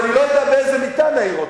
אני לא יודע באיזה מיטה נעיר אותו,